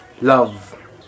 love